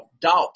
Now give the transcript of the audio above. doubt